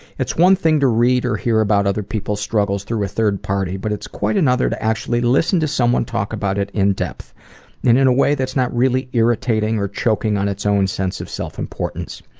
it's one thing to read or hear about other people's struggles through a third party but it's quite another to actually listen to someone talk about it in depth and in a way that's not really irritating or choking on its own sense of self-importance.